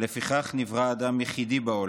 "לפיכך נברא אדם יחידי,